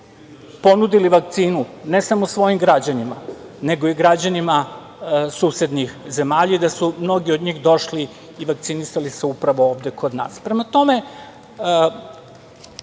ponudili vakcinu ne samo svojim građanima, nego i građanima susednih zemalja i da su mnogi od njih došli i vakcinisali se upravo ovde kod nas. Prema tome,